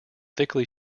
thickly